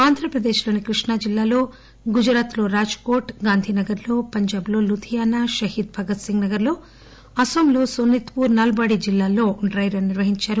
ఆంధ్రప్రదేశ్లోని కృష్ణా జిల్లాలో గుజరాత్లోని రాజ్కోట్ గాంధీనగర్లో పంజాబ్లోని లూథియానా షహీద్ భగత్ సింగ్ నగర్ అస్పాంలో సోనిత్ పూర్ నల్ బాడీ జిల్లాల్లో డై రస్ నిర్వహించారు